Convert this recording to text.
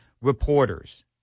reporters